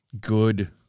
good